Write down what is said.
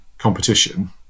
competition